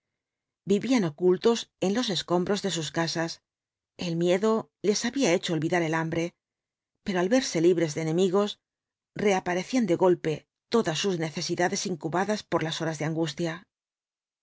vivían ocultos en los escombros de sus casas el miedo les había hecho olvidar el hambre pero al verse libres de enemigos reaparecían de golpe todas sus necesidades incubadas por las horas de angustia